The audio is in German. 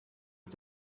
ist